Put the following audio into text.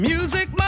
Music